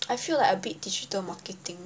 I feel like a bit digital marketing